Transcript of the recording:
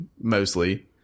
mostly